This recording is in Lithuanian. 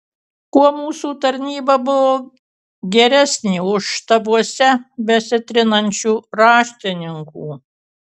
tuo mūsų tarnyba buvo geresnė už štabuose besitrinančių raštininkų